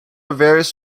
various